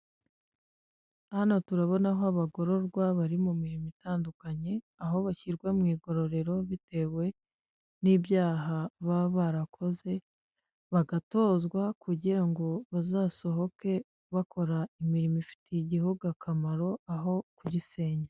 Hano turabonaho abagororwa bari mu mirimo itandukanye aho bashyirwa mu igororero bitewe n'ibyaha baba barakoze, bagatozwa kugira ngo bazasohoke bakora imirimo ifitiye igihugu akamaro aho kugisenya.